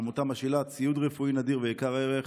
העמותה משאילה ציוד רפואי נדיר ויקר ערך.